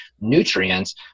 nutrients